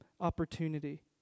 opportunity